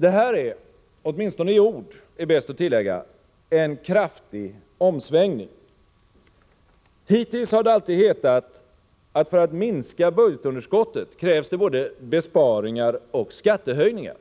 Detta är — åtminstone i ord, är bäst att tillägga — en kraftig omsvängning. Hittills har det alltid hetat, att det för att minska budgetunderskottet krävs både besparingar och skattehöjningar.